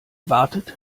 wartet